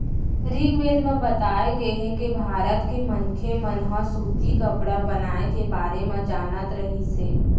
ऋगवेद म बताए गे हे के भारत के मनखे मन ह सूती कपड़ा बनाए के बारे म जानत रहिस हे